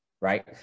right